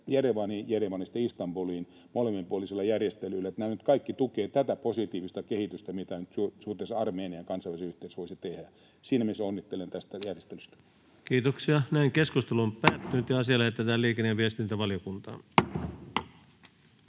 Jerevanista Istanbuliin, molemminpuolisilla järjestelyillä. Nämä nyt kaikki tukevat tätä positiivista kehitystä, mitä nyt suhteessa Armeniaan kansainvälinen yhteisö voisi tehdä. Siinä mielessä onnittelen tästä järjestelystä! Lähetekeskustelua varten esitellään päiväjärjestyksen